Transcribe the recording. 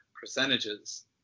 percentages